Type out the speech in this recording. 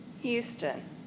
Houston